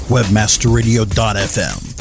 Webmasterradio.fm